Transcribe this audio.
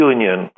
Union